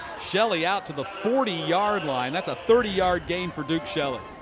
shelly out to the forty yardline. that's a thirty yard gain for duke shelly.